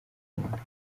ibihumbi